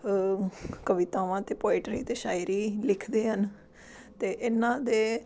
ਕਵਿਤਾਵਾਂ ਅਤੇ ਪੋਇਟਰੀ ਅਤੇ ਸ਼ਾਇਰੀ ਲਿਖਦੇ ਹਨ ਅਤੇ ਇਹਨਾਂ ਦੇ